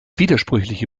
widersprüchliche